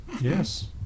yes